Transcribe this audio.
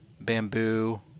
bamboo